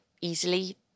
easily